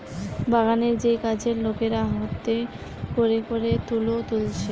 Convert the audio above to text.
বাগানের যেই কাজের লোকেরা হাতে কোরে কোরে তুলো তুলছে